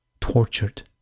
tortured